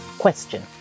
Question